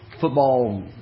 football